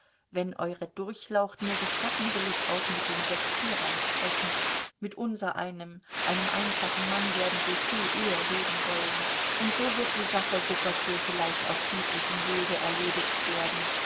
wenn eure durchlaucht mir gestatten will ich auch mit den sektierern sprechen mit unsereinem einem einfachen mann werden sie viel eher reden wollen und so wird die sache so gott will vielleicht auf friedlichem wege erledigt werden